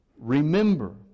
Remember